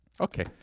okay